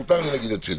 מותר לי.